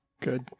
Good